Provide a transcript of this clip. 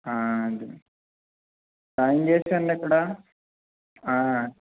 join చేస్తారండి ఇక్కడ